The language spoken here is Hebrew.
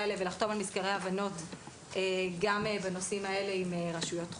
האלה ולחתום על מזכרי הבנות גם בנושאים האלה עם רשויות חוץ.